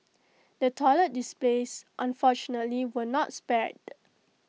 the toilet displays unfortunately were not spared